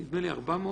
נדמה לי כ-400.